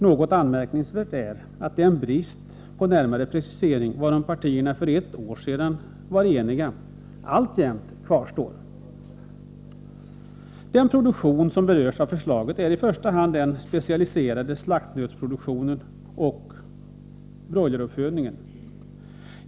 Något anmärkningsvärt är att den brist på närmare precisering varom partierna för ett år sedan var eniga alltjämt kvarstår. Den produktion som berörs av förslaget är i första hand den specialiserade slaktnötsproduktionen och broileruppfödningen.